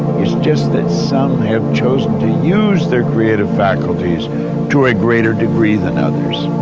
it's just that some have chosen to use their creative faculties to a greater degree than others.